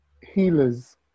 healers